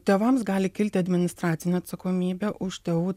tėvams gali kilti administracinė atsakomybė už tėvų